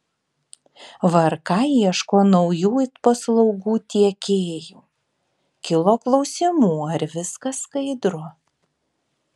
vrk ieško naujų it paslaugų tiekėjų kilo klausimų ar viskas skaidru